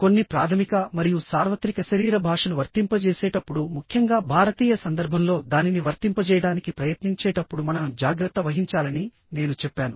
కొన్ని ప్రాథమిక మరియు సార్వత్రిక శరీర భాషను వర్తింపజేసేటప్పుడుముఖ్యంగా భారతీయ సందర్భంలో దానిని వర్తింపజేయడానికి ప్రయత్నించేటప్పుడు మనం జాగ్రత్త వహించాలని నేను చెప్పాను